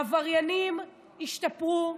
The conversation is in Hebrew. העבריינים השתפרו.